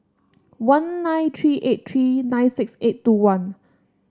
one nine three eight three nine six eight two one